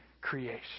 creation